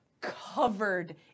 covered